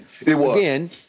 again